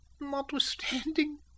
notwithstanding